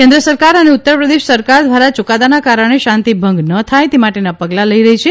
કેન્દ્ર સરકાર અને ઉત્તરપ્રદેશ સરકાર દ્વારા ચુકાદાના કારણે શાંતિભંગ ન થાય તે માટેનાં પગલાં લઇ રહી છે